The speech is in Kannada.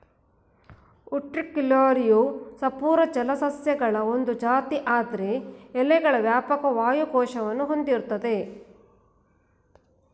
ಉಟ್ರಿಕ್ಯುಲಾರಿಯವು ಸಪೂರ ಜಲಸಸ್ಯಗಳ ಒಂದ್ ಜಾತಿ ಇದ್ರ ಎಲೆಗಳು ಪ್ಲಾವಕ ವಾಯು ಕೋಶವನ್ನು ಹೊಂದಿರ್ತ್ತವೆ